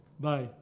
Bye